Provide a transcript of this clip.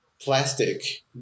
plastic